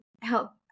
help